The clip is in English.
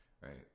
right